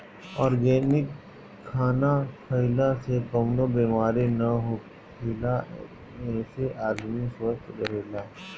organic खाना खइला से कवनो बेमारी ना होखेला एसे आदमी स्वस्थ्य रहेला